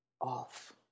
off